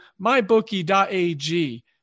mybookie.ag